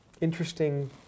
interesting